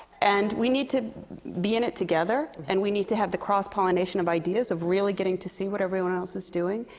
and we need to be in it together. and we need to have the cross-pollination of ideas. of really getting to see what everyone else is doing.